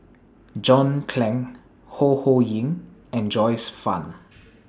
John Clang Ho Ho Ying and Joyce fan